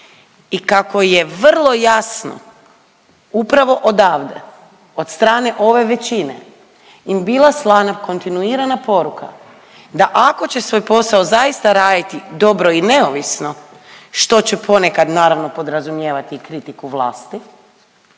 i kako je vrlo jasno upravo odavde od strane ove većine, im bila slana kontinuirana poruka da ako će svoj posao zaista raditi dobro i neovisno što će ponekad naravno podrazumijevati i kritiku vlasti